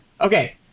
Okay